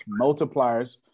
Multipliers